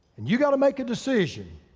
and you gotta make a decision.